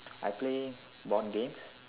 I play board games